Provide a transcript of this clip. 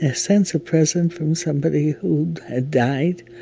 in sense a present from somebody who had died,